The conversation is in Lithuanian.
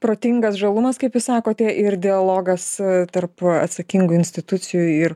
protingas žalumas kaip sakote ir dialogas tarp atsakingų institucijų ir